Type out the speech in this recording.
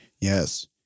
Yes